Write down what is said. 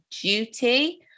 duty